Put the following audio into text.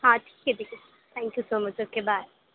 ہاں ٹھیک ہے ٹھیک ہے thank you so much okay bye